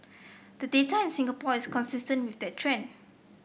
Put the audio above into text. the data in Singapore is consistent with that trend